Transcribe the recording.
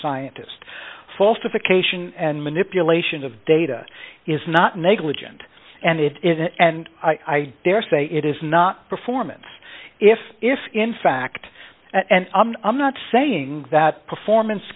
cation and manipulation of data is not negligent and it is and i daresay it is not performance if if in fact and i'm not saying that performance